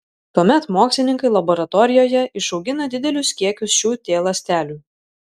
tuomet mokslininkai laboratorijoje išaugina didelius kiekius šių t ląstelių